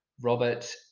Robert